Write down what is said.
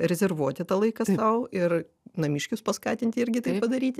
rezervuoti tą laiką sau ir namiškius paskatinti irgi tai padaryti